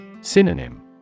Synonym